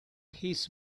his